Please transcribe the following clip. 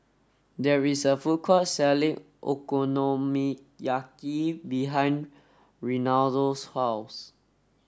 there is a food court selling Okonomiyaki behind Reinaldo's house